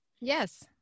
Yes